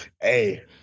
Hey